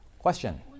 question